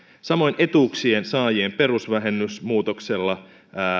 samoin etuuksien saajien perusvähennysmuutoksella